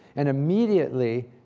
and immediately,